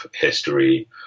history